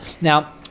Now